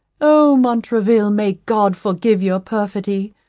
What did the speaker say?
oh montraville, may god forgive your perfidy.